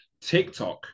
TikTok